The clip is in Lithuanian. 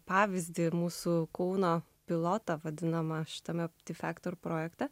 pavyzdį ir mūsų kūno pilotą vadinamą šitame faktorių projektą